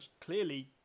clearly